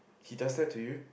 he does that to you